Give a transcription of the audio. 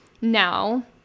now